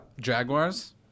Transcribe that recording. Jaguars